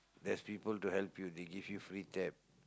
there's people to help you they give you free tab